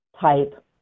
type